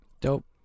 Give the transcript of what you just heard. dope